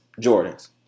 Jordans